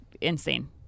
insane